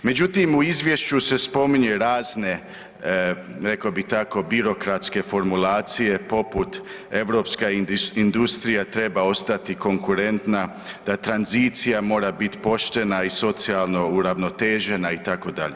Međutim, u izvješću se spominje razne rekao bih tako birokratske formulacije poput europska industrija treba ostati konkurentna, da tranzicija mora bit poštena i socijalno uravnotežena itd.